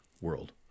world